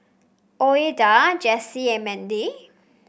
Ouida Jessie and Mandy